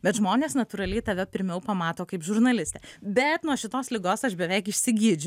bet žmonės natūraliai tave pirmiau pamato kaip žurnalistę bet nuo šitos ligos aš beveik išsigydžiau